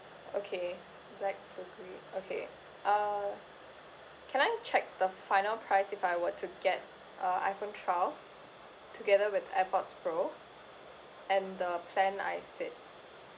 okay black the grey okay uh can I check the final price if I were to get uh iphone twelve together with the airpods pro and the plan I said